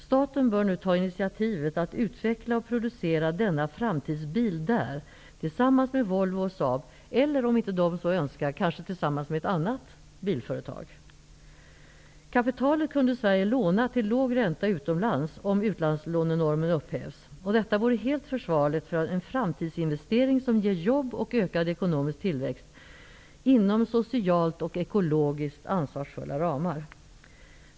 Staten bör nu ta initiativet att utveckla och producera denna framtidsbil där, tillsammans med Volvo och Saab, eller, om inte de så önskar, kanske tillsammans med ett annat bilföretag. Kapitalet kunde Sverige låna till låg ränta utomlands, om utlandslånenormen upphävs. Detta vore helt försvarligt för en framtidsinvestering som ger jobb och ökad ekonomisk tillväxt inom socialt och ekologiskt ansvarsfulla ramar.